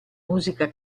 musica